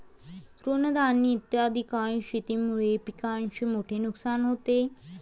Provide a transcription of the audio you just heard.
तृणधानी इत्यादी काही शेतीमुळे पिकाचे मोठे नुकसान होते